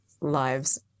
lives